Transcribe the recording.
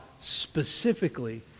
specifically